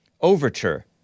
overture